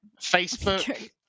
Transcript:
Facebook